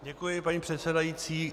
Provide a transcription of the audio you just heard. Děkuji, paní předsedající.